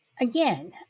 again